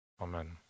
Amen